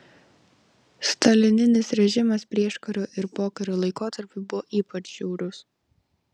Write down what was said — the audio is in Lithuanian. stalininis režimas prieškario ir pokario laikotarpiu buvo ypač žiaurus